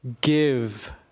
give